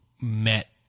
met